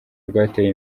rwateye